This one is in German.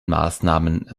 maßnahmen